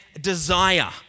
desire